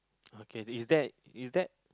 okay is that is that